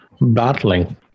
battling